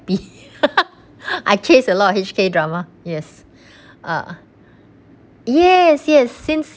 happy I chase a lot of H_K drama yes ah yes yes since